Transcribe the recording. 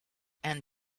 and